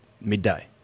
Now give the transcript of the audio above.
midday